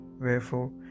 Wherefore